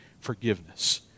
forgiveness